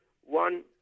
one